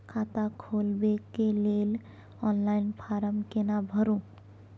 खाता खोलबेके लेल ऑनलाइन फारम केना भरु?